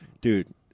Dude